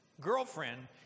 girlfriend